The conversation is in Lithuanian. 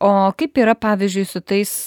o kaip yra pavyzdžiui su tais